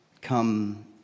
Come